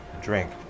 drink